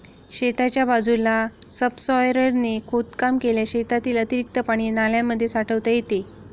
शेताच्या बाजूला सबसॉयलरने खोदकाम केल्यास शेतातील अतिरिक्त पाणी नाल्यांमध्ये साठवता येते